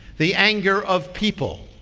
the anger of people.